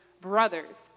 brothers